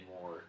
more